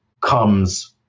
comes